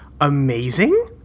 amazing